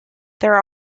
there